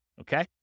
Okay